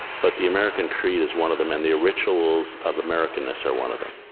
but the american creed is one of them and the rituals of americanness are one of them.